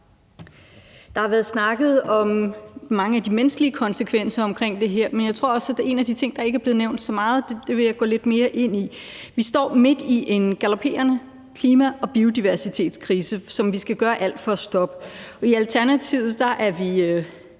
Der er blevet snakket om mange af de menneskelige konsekvenser omkring det her, men jeg tror også, der er ting, der ikke er blevet nævnt så meget, så det vil jeg gå lidt mere ind i. Vi står midt i en galopperende klima- og biodiversitetskrise, som vi skal gøre alt for at stoppe. I Alternativt er vi